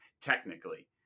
Technically